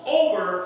over